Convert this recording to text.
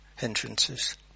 entrances